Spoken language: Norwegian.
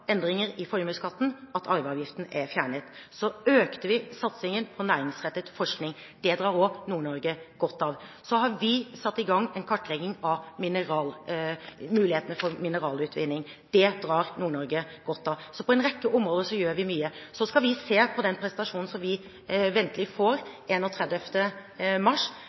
endringer i formuesskatten, at arveavgiften er fjernet. Vi økte satsingen på næringsrettet forskning. Det nyter også Nord-Norge godt av. Vi har satt i gang en kartlegging av mulighetene for mineralutvinning. Det nyter Nord-Norge godt av. På en rekke områder gjør vi mye. Så skal vi se på den presentasjonen vi ventelig får den 31. mars,